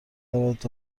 رود